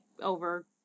over